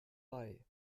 bei